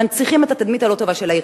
מנציחים את התדמית הלא-טובה של העיר,